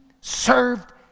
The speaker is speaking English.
served